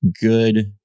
good